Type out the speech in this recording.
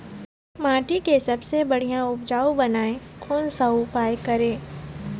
माटी के सबसे बढ़िया उपजाऊ बनाए कोन सा उपाय करें?